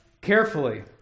Carefully